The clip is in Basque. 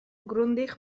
grundig